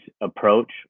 approach